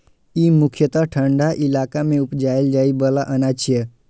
ई मुख्यतः ठंढा इलाका मे उपजाएल जाइ बला अनाज छियै